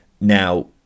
now